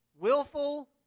Willful